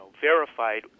verified